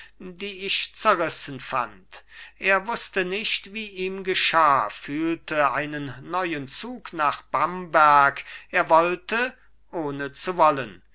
die ich zerrissen fand er wußte nicht wie ihm geschah fühlte einen neuen zug nach bamberg er wollte ohne zu wollen